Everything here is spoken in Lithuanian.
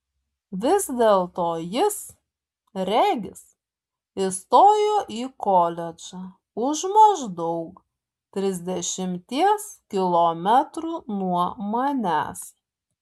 vis dėlto jis regis įstojo į koledžą už maždaug trisdešimties kilometrų nuo manęs